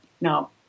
No